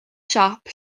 siop